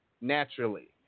naturally